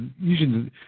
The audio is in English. usually